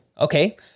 okay